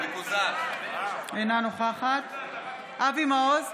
אינה נוכחת אבי מעוז,